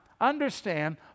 understand